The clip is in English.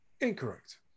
Incorrect